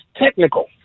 technical